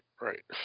right